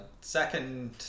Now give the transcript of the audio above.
second